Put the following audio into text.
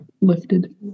lifted